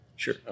Sure